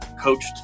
coached